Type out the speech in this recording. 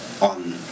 on